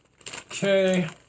Okay